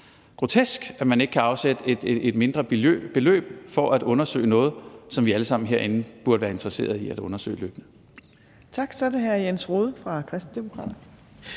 grotesk, at man ikke kan afsætte et mindre beløb til at undersøge noget, som vi alle sammen herinde burde være interesseret i at undersøge løbende. Kl. 14:20 Tredje næstformand